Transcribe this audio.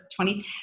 2010